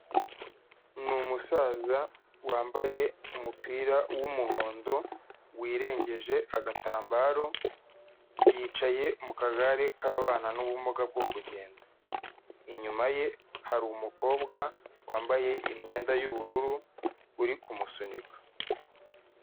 Ni umusaza wambaye umupira w'umuhondo, wirengeje agatambaro, yicaye mu kagare k'ababana n'ubumuga bwo kugenda. Inyuma ye hari umukobwa wambaye imyenda y'ubururu uri kumusunika.